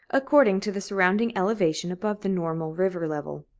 according to the surrounding elevation above the normal river level.